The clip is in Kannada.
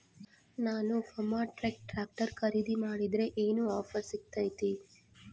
ನಾನು ಫರ್ಮ್ಟ್ರಾಕ್ ಟ್ರಾಕ್ಟರ್ ಖರೇದಿ ಮಾಡಿದ್ರೆ ಏನು ಆಫರ್ ಸಿಗ್ತೈತಿ?